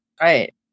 Right